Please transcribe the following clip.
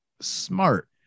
smart